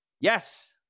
Yes